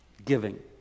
Giving